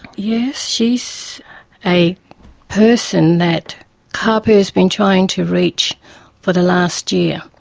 yes, she's a person that caaapu has been trying to reach for the last year,